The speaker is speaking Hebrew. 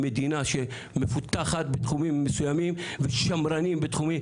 מדינה שמפותחת בתחומים מסוימים ושמרנים בתחומים.